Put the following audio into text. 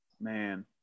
man